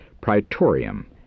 Praetorium